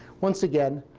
once again,